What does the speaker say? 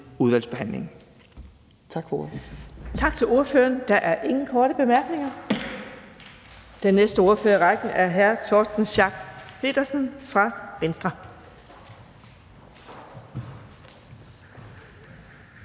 udvalgsbehandlingen. Tak for